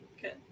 good